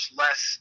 less